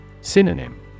Synonym